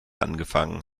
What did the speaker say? angefangen